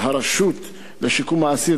הרשות לשיקום האסיר,